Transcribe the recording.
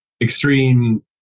extreme